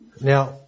Now